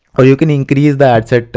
or you can increase the ad set,